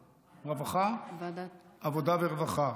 ועדת העבודה והרווחה.